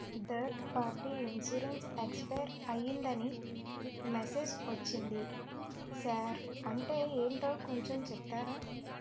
Third party insurance expire అయ్యిందని message ఒచ్చింది sir అంటే ఏంటో కొంచె చెప్తారా?